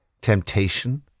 Temptation